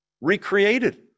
recreated